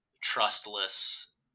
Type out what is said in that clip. trustless